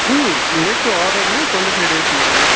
ம் make to ஆர்டர்னா twenty five days madam